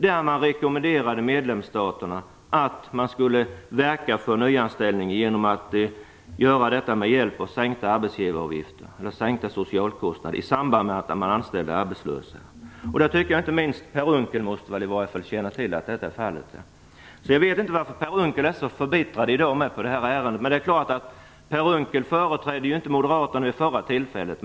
Där rekommenderade man medlemsstaterna att verka för nyanställning genom sänkta arbetsgivaravgifter och sänkta sociala kostnader i samband med anställning av arbetslösa. Inte minst Per Unckel måste känna till att så är fallet. Jag vet inte varför Per Unckel är så förbittrad i dag på detta ärende. Per Unckel företrädde visserligen inte moderaterna vid det förra tillfället.